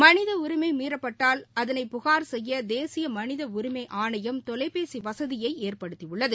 மனித உரிமை மீறப்பட்டால் அதனை புகார் செய்ய தேசிய மனித உரிமை ஆணையம் தொலைபேசி வசதியை ஏற்படுத்தியுள்ளது